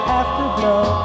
afterglow